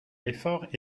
l’effort